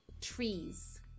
trees